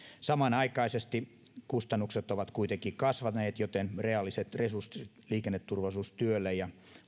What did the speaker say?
samanaikaisesti kustannukset ovat kuitenkin kasvaneet joten reaaliset resurssit liikenneturvallisuustyölle ja